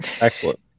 excellent